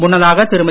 முன்னதாக திருமதி